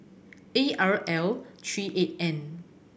A R L three eight N